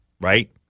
right